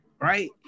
right